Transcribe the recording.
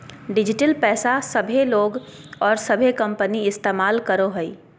digital पैसा सभे लोग और सभे कंपनी इस्तमाल करो हइ